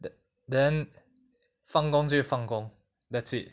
tha~ then 放工就放工 that's it